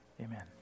Amen